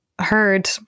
heard